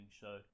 show